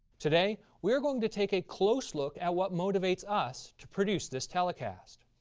today we are going to take a close look at what motivates us to produce this telecast,